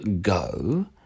go